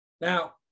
Now